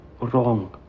Wrong